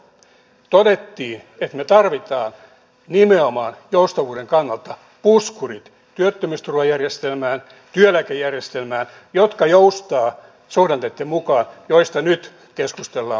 todettiin että me tarvitsemme nimenomaan joustavuuden kannalta puskurit työttömyysturvajärjestelmään työeläkejärjestelmään jotka joustavat suhdanteitten mukaan joista nyt keskustellaan muun maussa työttömyysturvassa